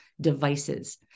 devices